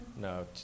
no